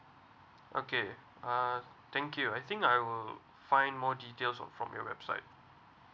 okay uh thank you I think I will find more details from your website